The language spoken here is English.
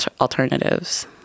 alternatives